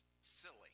silly